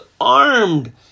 armed